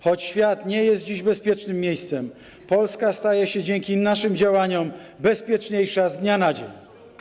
Choć świat nie jest dziś bezpiecznym miejscem, Polska staje się dzięki naszym działaniom bezpieczniejsza z dnia na dzień.